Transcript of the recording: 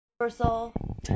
Universal